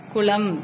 Kulam